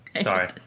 sorry